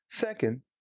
Second